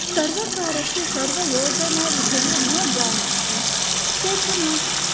सर्वकारस्य सर्वयोजना विषये न जानन्ति केचनाः